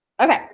Okay